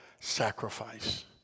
sacrifice